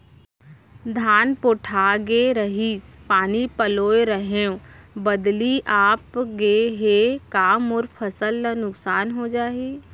धान पोठागे रहीस, पानी पलोय रहेंव, बदली आप गे हे, का मोर फसल ल नुकसान हो जाही?